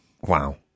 Wow